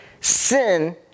sin